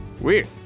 Weird